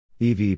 EV